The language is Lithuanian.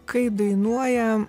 kai dainuoja